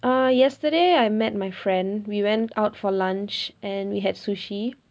err yesterday I met my friend we went out for lunch and we had sushi